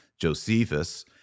Josephus